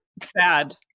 sad